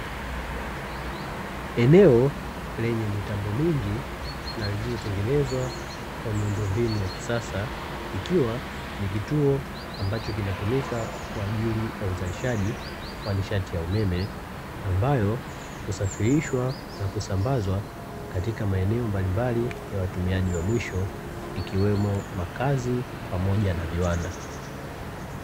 Eneo lenye mitambo mingi na lililotengenezwa kwa miundombinu ya kisasa ikiwa ni kituo ambacho kinatumika kwaajili ya uzalishaji wa nishati ya umeme, ambayo husafirishwa na kusambazwa katika maeneo mbalimbali ya watumiaji wa mwisho ikiwemo makazi pamoja na viwanda.